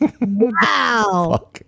Wow